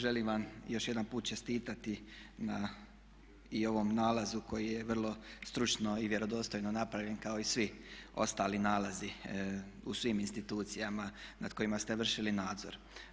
Želim vam još jedan put čestitati na i ovom nalazu koji je vrlo stručno i vjerodostojno napravljen kao i svi ostali nalazi u svim institucijama nad kojima ste vršili nadzor.